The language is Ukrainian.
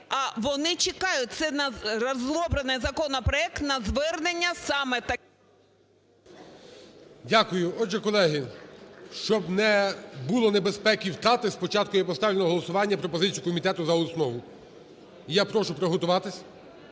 а вони чекають. Це розроблений законопроект на звернення саме… ГОЛОВУЮЧИЙ. Дякую. Отже, колеги, щоб не було небезпеки втрати, спочатку я поставлю на голосування пропозицію комітету за основу. Я прошу приготуватись.